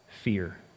fear